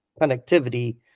connectivity